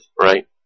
right